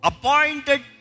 Appointed